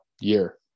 year